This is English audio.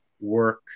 work